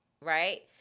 right